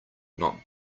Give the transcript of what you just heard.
not